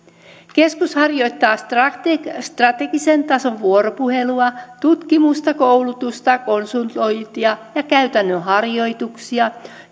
keskus harjoittaa strategisen strategisen tason vuoropuhelua tutkimusta koulutusta konsultointia ja käytännön harjoituksia